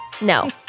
No